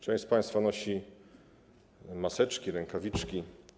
Część z państwa nosi maseczki, rękawiczki.